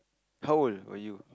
how old were you